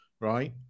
Right